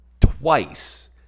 twice